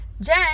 Jen